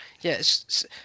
Yes